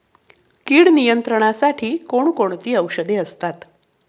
कीड नियंत्रणासाठी कोण कोणती औषधे असतात?